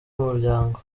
umuryango